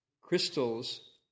Crystals